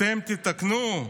אתם תתקנו?